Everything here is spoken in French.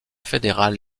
fédéral